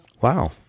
wow